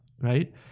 right